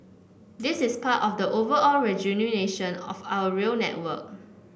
this is part of the overall rejuvenation of our rail network